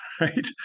right